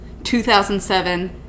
2007